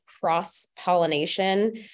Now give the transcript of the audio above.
cross-pollination